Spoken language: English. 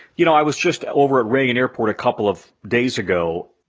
you know, i was just over at reagan airport a couple of days ago.